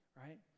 Right